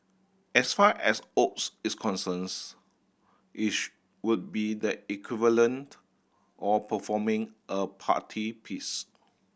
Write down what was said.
as far as Oz is concerns it would be the equivalent of performing a party piece